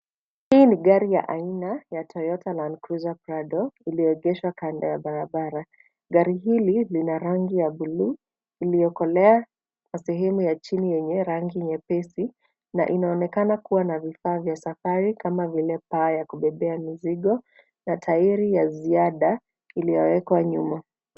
Hii ni gari ya aina ya Toyota Land Cruiser Prado iliyoegeshwa kando ya barabara. Gari hili lina rangi ya buluu iliyokolea na sehemu ya chini yenye rangi nyepesi na inaonekana kuwa na vifaa vya safari kama vile paa ya kubebea mizigo na tairi ya ziada iliyowekwa nyuma.